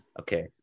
Okay